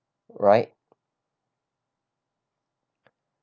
right